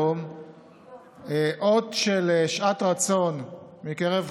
להירתם ביום החשוב הזה של ציון המאבק נגד אלימות נגד